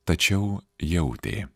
tačiau jautė